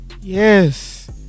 Yes